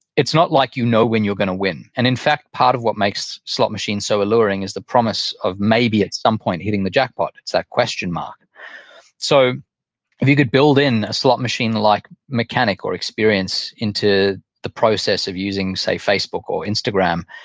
it's not like you know when you're going to win. and in fact, part of what makes slot machines so alluring is the promise of maybe at some point hitting the jackpot. it's that question mark so if you could build in a slot machine-like mechanic or experience into the process of using, say, facebook or instagram,